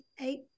eight